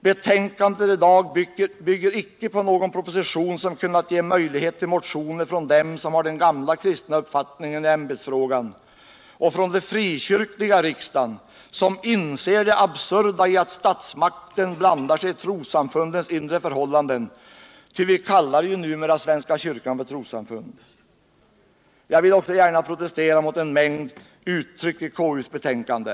Betänkandet, som vi behandlar i dag, bygger icke på någon proposition som kunnat ge möjlighet till motioner från dem som har den gamla kristna uppfattningen i ämbetsfrågan och från de frikyrkliga i riksdagen som inser det absurda i att statsmakten blandar sig i trossamfunds inre förhållanden — ty vi kallar ju numera svenska kyrkan trossamfund! Jag vill också gärna protestera mot en mängd uttryck i konstitutionsutskottets betänkande.